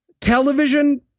television